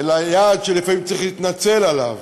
אלא יעד שלפעמים צריך להתנצל עליו.